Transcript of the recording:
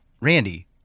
Randy